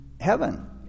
heaven